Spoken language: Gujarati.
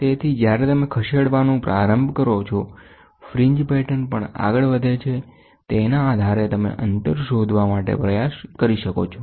તેથી જ્યારે તમે ખસેડવાનું પ્રારંભ કરો છોફ્રિન્જ પેટર્ન પણ આગળ વધે છેતેના આધારે તમે અંતર શોધવા માટે પ્રયાસ કરી શકો છો